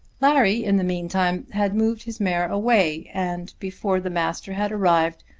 larry in the meantime had moved his mare away, and before the master had arrived,